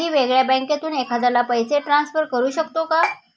मी वेगळ्या बँकेतून एखाद्याला पैसे ट्रान्सफर करू शकतो का?